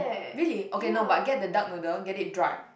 really okay no but get the duck noodle get it dry